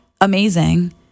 amazing